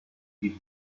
die